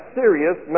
serious